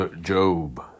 Job